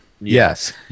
Yes